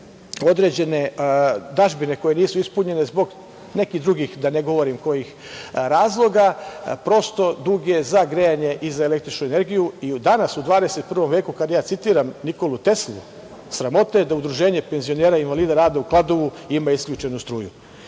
određene dažbine koje nisu ispunjene zbog nekih drugih, da ne govorim kojih razloga, prosto, dug je za grejanje i za električnu energiju.I danas, u 21. veku, kad ja citiram Nikolu Teslu, sramota je da Udruženje penzionera i invalida rada u Kladovu ima isključenu struju.